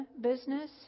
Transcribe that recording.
business